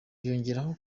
yongeraho